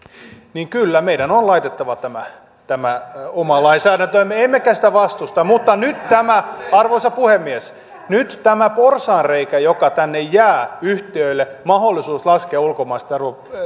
niin kyllä meidän on laitettava tämä tämä oma lainsäädäntömme emmekä sitä vastusta mutta arvoisa puhemies nyt tämä porsaanreikä joka tänne jää yhtiöille mahdollisuus laskea ulkomaisten